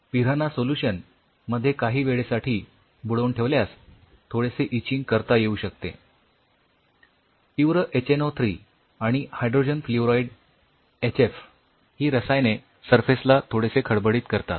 piranha solution मध्ये काही वेळेसाठी बुडवून ठेवल्यास थोडेसे इचिंग करता येऊ शकते ही रसायने सरफेसला थोडेसे खडबडीत करतात